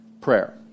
prayer